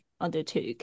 undertook